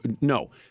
no